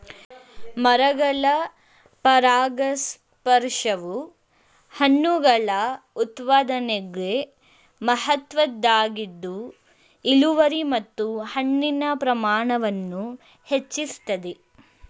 ಮರಗಳ ಪರಾಗಸ್ಪರ್ಶವು ಹಣ್ಣುಗಳ ಉತ್ಪಾದನೆಗೆ ಮಹತ್ವದ್ದಾಗಿದ್ದು ಇಳುವರಿ ಮತ್ತು ಹಣ್ಣಿನ ಪ್ರಮಾಣವನ್ನು ಹೆಚ್ಚಿಸ್ತದೆ